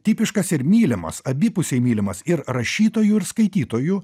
tipiškas ir mylimas abipusiai mylimas ir rašytojų ir skaitytojų